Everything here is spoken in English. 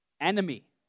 Enemy